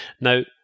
Now